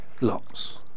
Lots